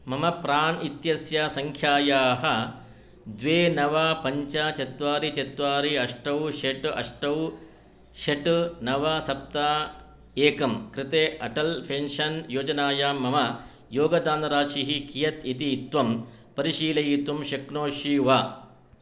मम प्राण् इत्यस्य सङ्ख्यायाः द्वे नव पञ्च चत्वारि चत्वारि अष्टौ षट् अष्टौ षट् नव सप्त एकं कृते अटलः पेन्शन् योजनायां मम योगदानराशिः कियत् इति त्वं परिशीलयितुं शक्नोषि वा